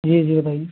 जी जी बताइए